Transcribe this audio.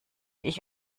ich